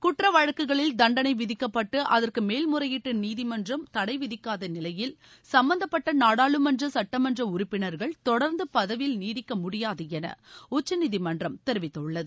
குற்ற வழக்குகளில் தண்டனை விதிக்கப்பட்டு அகுற்கு மேல்முறையீட்டு நீதிமன்றம் தடை விதிக்காத நிலையில் சம்பந்தப்பட்ட நாடாளுமன்ற சுட்டமன்ற உறுப்பினர்கள் தொடர்ந்து பதவில் நீடிக்க முடியாது என உச்சநீதிமன்றம் தெரிவித்துள்ளது